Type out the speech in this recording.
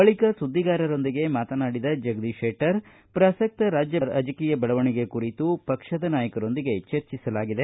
ಬಳಿಕ ಸುದ್ದಿಗಾರರೊಂದಿಗೆ ಮಾತನಾಡಿದ ಜಗದೀಶ್ ಶೆಟ್ಟರ್ ಪ್ರಸಕ್ತ ರಾಜ್ಯ ರಾಜಕೀಯ ಬೆಳವಣಿಗೆ ಕುರಿತು ಪಕ್ಷದ ನಾಯಕರೊಂದಿಗೆ ಚರ್ಚಿಸಲಾಗಿದೆ